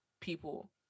people